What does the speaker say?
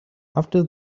after